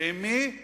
ועם מי?